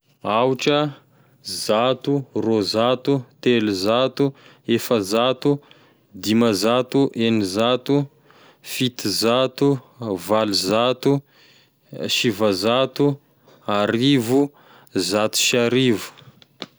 Aotra, zato, roazato, telozato, efazato, dimazato, enizato, fitozato, valozato, sivazato, da arivo, zato sy arivo.